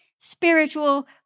spiritual